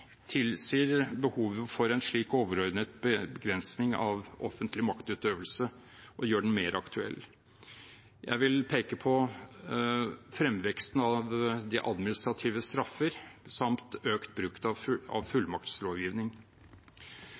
tilsier behovet for en slik overordnet begrensning av offentlig maktutøvelse og gjør den mer aktuell. Jeg vil peke på fremveksten av administrative straffer samt økt bruk av fullmaktslovgivning. Til det første kan sies at omfanget av